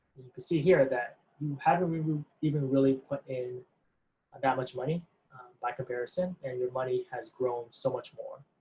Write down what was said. see here that you haven't um even really put in um that much money by comparison, and your money has grown so much more.